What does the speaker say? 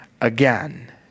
again